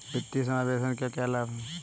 वित्तीय समावेशन के क्या लाभ हैं?